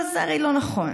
אבל זה הרי לא נכון,